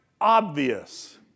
obvious